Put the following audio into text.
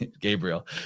Gabriel